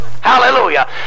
Hallelujah